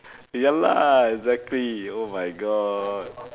ya lah exactly oh my god